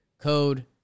Code